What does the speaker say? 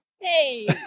Hey